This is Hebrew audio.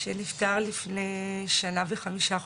שנפטר לפני שנה וחמישה חודשים.